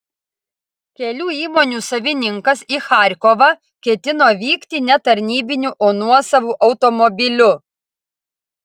kelių įmonių savininkas į charkovą ketino vykti ne tarnybiniu o nuosavu automobiliu